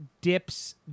dips